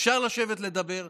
אפשר לשבת לדבר,